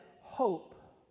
hope